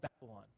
Babylon